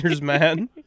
man